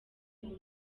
ubu